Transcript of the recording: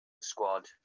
squad